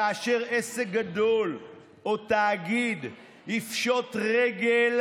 כאשר עסק גדול או תאגיד יפשוט רגל,